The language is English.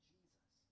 Jesus